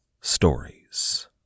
stories